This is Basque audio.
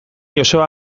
joseba